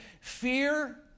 fear